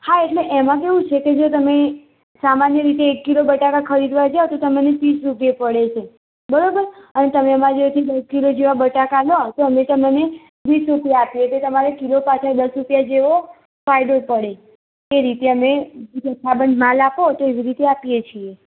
હા એટલે એમાં કેવું છે કે જો તમે સામાન્ય રીતે એક કિલો બટાકા ખરીદવા જાવ તો એ ત્રીસ રૂપિયા પડે છે બરોબર હવે તમે અમારા ઘરેથી દસ કિલો જેવા બટેકા લો અમે તમને વીસ રૂપિયે આપીએ તો તમારે કિલો પાછળ દસ રૂપિયા જેવો ફાયદો પડે એ રીતે અમે જથ્થાબંધ માલ આપો તો એવી રીતે આપીએ છીએ